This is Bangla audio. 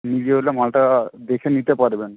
নিজে হলে মালটা দেখে নিতে পারবেন